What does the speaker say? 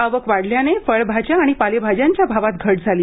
आवक वाढल्याने फळभाज्या आणि पालेभाज्यांच्या भावात घट झाली